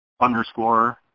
underscore